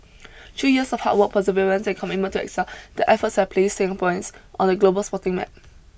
through years of hard work perseverance and commitment to excel their efforts have placed Singaporeans on the global sporting map